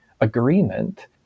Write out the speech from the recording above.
agreement